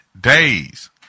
days